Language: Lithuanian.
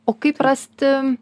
o kaip rasti